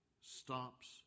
stops